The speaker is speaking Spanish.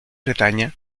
bretaña